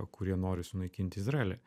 kurie nori sunaikinti izraelį